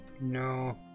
No